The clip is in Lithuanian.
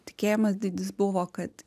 tikėjimas didis buvo kad